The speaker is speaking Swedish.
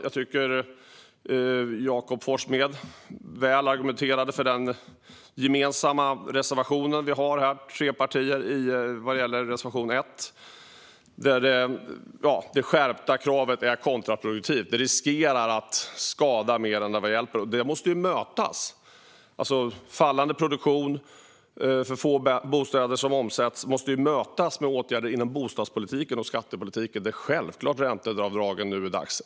Jag tycker att Jakob Forssmed argumenterade väl för reservation 1, som vi är tre partier som står bakom. Den handlar om att det skärpta kravet är kontraproduktivt och riskerar att skada mer än det hjälper. En fallande produktion och att det är för få bostäder som omsätts måste ju mötas med åtgärder inom bostadspolitiken och skattepolitiken. Det är självklart dags för ränteavdragen nu.